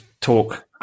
talk